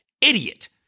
idiot